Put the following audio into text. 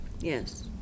yes